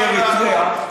הכול קשור לכול.